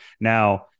Now